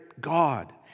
God